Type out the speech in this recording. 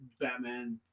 Batman